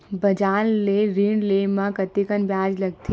बजार ले ऋण ले म कतेकन ब्याज लगथे?